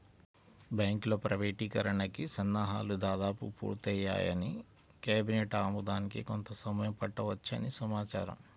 బ్యాంకుల ప్రైవేటీకరణకి సన్నాహాలు దాదాపు పూర్తయ్యాయని, కేబినెట్ ఆమోదానికి కొంత సమయం పట్టవచ్చని సమాచారం